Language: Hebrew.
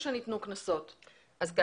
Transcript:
מדויק.